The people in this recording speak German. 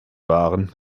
waren